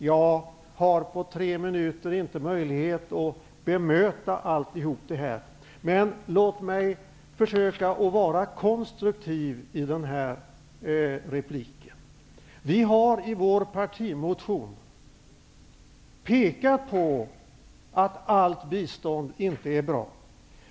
Jag har på tre minuter inte möjlighet att bemöta allt detta, men låt mig försöka vara konstruktiv i denna replik. Vi har i vår partimotion pekat på att inte allt bistånd är bra.